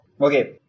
Okay